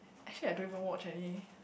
actually I don't even watch any